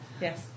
Yes